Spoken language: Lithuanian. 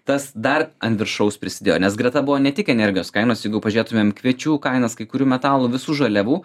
tas dar ant viršaus prisidėjo nes greta buvo ne tik energijos kainos jeigu pažėtumėm kviečių kainas kai kurių metalų visų žaliavų